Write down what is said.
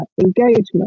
engagement